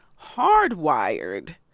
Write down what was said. hardwired